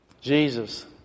Jesus